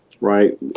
Right